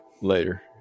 later